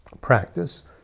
practice